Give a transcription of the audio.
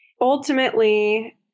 Ultimately